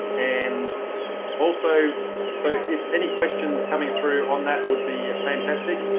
and also so if any questions coming through on that would be fantastic.